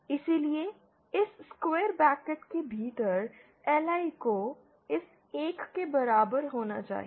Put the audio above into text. इसलिए इस square bracket के भीतर LI को इस 1 के बराबर होना चाहिए